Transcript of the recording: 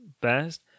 best